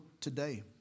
today